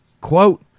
quote